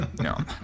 No